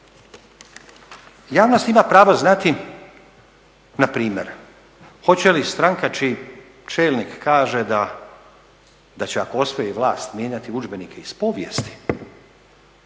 Javnost ima pravo znati npr. hoće li stranka čiji čelnik kaže da će ako osvoji vlast mijenjati udžbenike iz povijesti